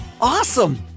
Awesome